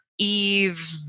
Eve